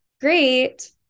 great